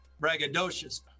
braggadocious